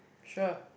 sure